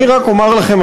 אני רק אומר לכם,